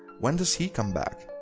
when does he come back?